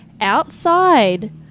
outside